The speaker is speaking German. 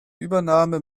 übernahme